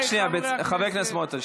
חבר הכנסת סמוטריץ',